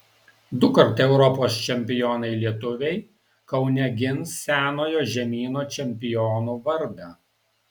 dukart europos čempionai lietuviai kaune gins senojo žemyno čempionų vardą